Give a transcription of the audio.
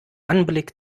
anblick